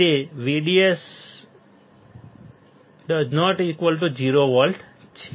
તે VDS ≠ 0 volt છે